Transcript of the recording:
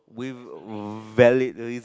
with valid reason